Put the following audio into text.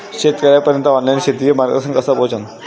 शेतकर्याइपर्यंत ऑनलाईन शेतीचं मार्गदर्शन कस पोहोचन?